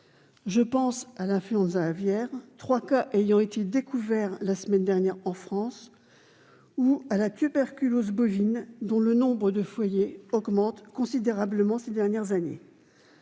Je pense à l'influenza aviaire, trois cas ayant été découverts la semaine dernière en France, ou à la tuberculose bovine, dont le nombre de foyers a considérablement augmenté ces dernières années.